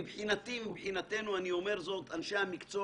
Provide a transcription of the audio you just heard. מבחינתנו, אנשי המקצוע